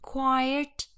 Quiet